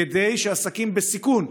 כדי שעסקים בסיכון,